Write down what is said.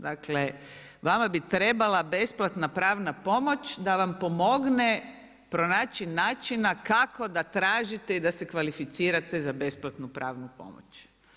Dakle, vama bi trebala besplatna pravna pomoć da vam pomogne pronaći načina kako da tražite i da se kvalificirate za besplatnu pravnu pomoć.